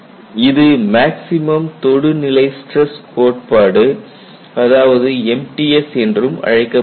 இது மேக்ஸிமம் தொடுநிலை ஸ்டிரஸ் கோட்பாடு அதாவது MTS என்றும் அழைக்கப்படுகிறது